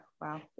Wow